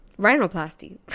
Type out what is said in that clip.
rhinoplasty